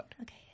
Okay